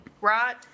right